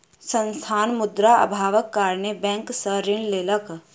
संस्थान, मुद्रा अभावक कारणेँ बैंक सॅ ऋण लेलकै